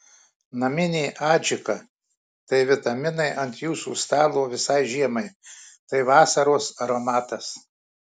naminė adžika tai vitaminai ant jūsų stalo visai žiemai tai vasaros aromatas